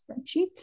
spreadsheet